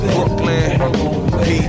Brooklyn